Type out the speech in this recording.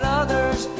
others